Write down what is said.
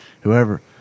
whoever –